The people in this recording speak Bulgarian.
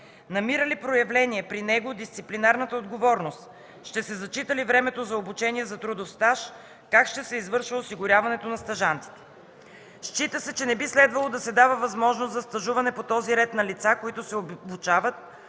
намира ли проявление при него дисциплинарната отговорност; ще се зачита ли времето на обучение за трудов стаж; как ще се извършва осигуряването на стажантите? Счита се, че не би следвало да се дава възможност за стажуване по този ред на лица, които се обучават